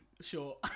sure